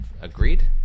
Agreed